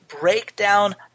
Breakdown